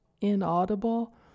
inaudible